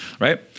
right